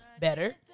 Better